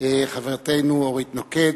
חברתנו אורית נוקד.